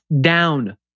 down